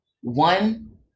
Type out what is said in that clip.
one